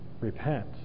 repent